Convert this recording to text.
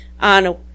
on